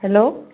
hello